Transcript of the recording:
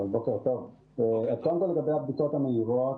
בוקר טוב, אז קודם כל לגבי הבדיקות המהירות.